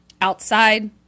Outside